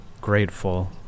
grateful